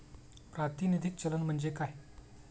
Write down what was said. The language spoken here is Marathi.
प्रातिनिधिक चलन म्हणजे काय?